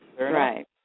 Right